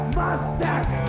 mustache